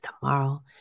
tomorrow